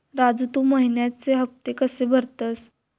राजू, तू महिन्याचे हफ्ते कशे भरतंस?